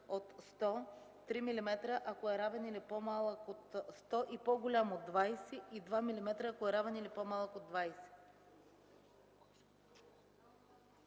от 100 cl, 3 mm – ако е равен или по-малък от 100 cl и по-голям от 20 cl, и 2 mm, ако е равен или по-малък от 20